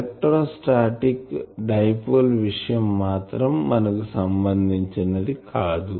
electrostatic dipole విషయం మాత్రం మనకు సంబంధించినది కాదు